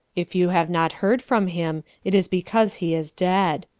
if you have not heard from him it is because he is dead.